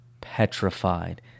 petrified